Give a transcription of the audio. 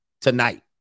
tonight